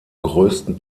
größten